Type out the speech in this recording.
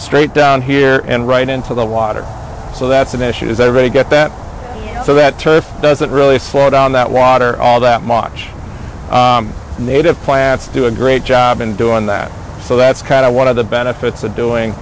straight down here and right into the water so that's an issue is that they get that so that turf doesn't really slow down that water all that much native plants do a great job in doing that so that's kind of one of the benefits of doing